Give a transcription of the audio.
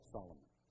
Solomon